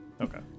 okay